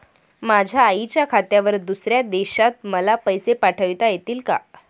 माझ्या आईच्या खात्यावर दुसऱ्या देशात मला पैसे पाठविता येतील का?